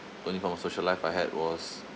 only form of social life I had was